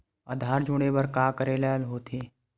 आधार जोड़े बर का करे ला होथे?